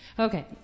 Okay